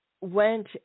went